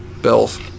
Bills